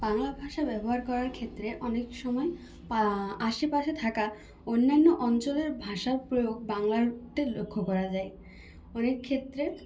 বাংলা ভাষা ব্যবহার করার ক্ষেত্রে অনেক সময় আশেপাশে থাকা অন্যান্য অঞ্চলের ভাষার প্রয়োগ বাংলাতে লক্ষ্য করা যায় অনেক ক্ষেত্রে